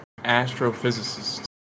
astrophysicist